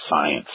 Science